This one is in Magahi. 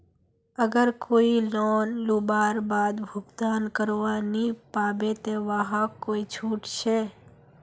अगर कोई लोन लुबार बाद भुगतान करवा नी पाबे ते वहाक कोई छुट छे?